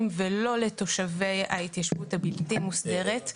ולא לתושבי ההתיישבות הבלתי מוסדרת,